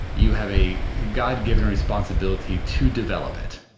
you have a god-given responsibility to develop it.